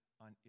on